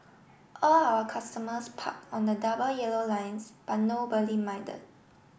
all our customers parked on the double yellow lines but nobody minded